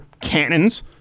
cannons